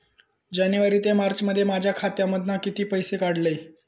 जानेवारी ते मार्चमध्ये माझ्या खात्यामधना किती पैसे काढलय?